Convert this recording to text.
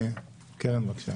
קרן, בבקשה.